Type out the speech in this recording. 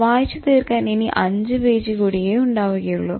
വായിച്ചു തീർക്കാൻ ഇനി 5 പേജ് കൂടിയേ ഉണ്ടാവുകയുള്ളു